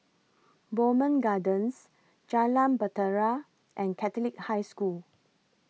Bowmont Gardens Jalan Bahtera and Catholic High School